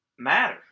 matter